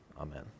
Amen